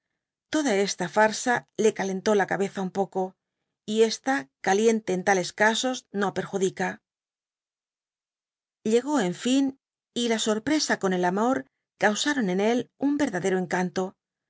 siguiese toda esta farsa le calentó la cabeza un poco y esta caliente ep tales casps no perjudica llegó cq n y la sprprpsft con el amor caur sáron en éjtun yerdji ii encanto